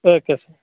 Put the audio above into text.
okay